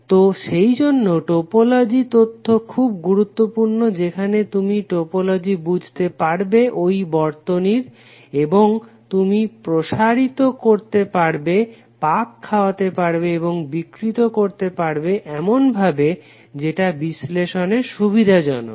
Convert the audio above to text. তো সেইজন্য টোপোলজি তথ্য খুব গুরুত্বপূর্ণ যেখানে তুমি টোপোলজি বুঝতে পারবে ঐ বর্তনীর এবং তুমি প্রসারিত করতে পারবে পাক খাওয়াতে পারবে বা বিকৃত করতে পারবে এমনভাবে যেটা বিশ্লেষণে সুবিধাজনক